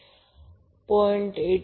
तर हे r आहे Van rIa Zy